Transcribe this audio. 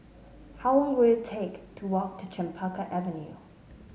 how long will it take to walk to Chempaka Avenue